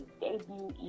debut